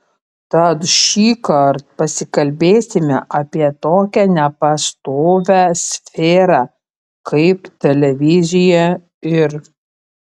tad šįkart pasikalbėsime apie tokią nepastovią sferą kaip televizija ir